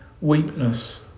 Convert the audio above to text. weakness